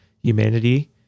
humanity